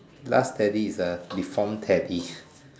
last Teddy is a deformed Teddy